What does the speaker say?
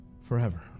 forever